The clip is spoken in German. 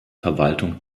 verwaltung